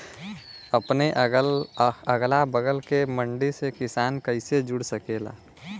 अपने अगला बगल के मंडी से किसान कइसे जुड़ सकेला?